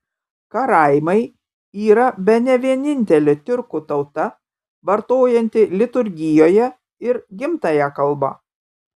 karaimai yra bene vienintelė tiurkų tauta vartojanti liturgijoje ir gimtąją kalbą